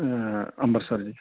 ਅੰਬਰਸਰ ਜੀ